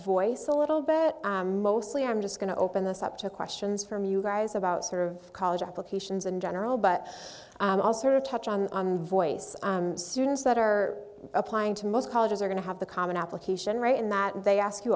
voice a little bit mostly i'm just going to open this up to questions from you guys about sort of college applications in general but also to touch on voice students that are applying to most colleges are going to have the common application right in that they ask you